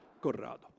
Corrado